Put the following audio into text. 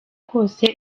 kose